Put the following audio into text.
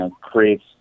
creates